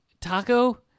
taco